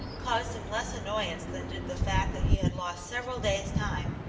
caused him less annoyance than did the fact that he had lost several days' time,